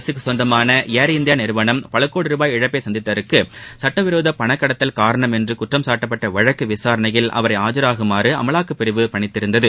அரசுக்குசொந்தமான ஏர் இந்தியாநிறுவனம் பலகோடி ரூபாய் இழப்பைசந்தித்தற்குசட்டவிரோதபணம் கடத்தல் காரணம் என்றுகுற்றம் சாட்டப்பட்டவழக்குவிசாரணையில் அவரைஆஜராகும்படிஅமலாக்கப்பிரிவு பணித்திருந்தது